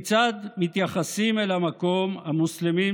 וכיצד מתייחסים אל המקום המוסלמים,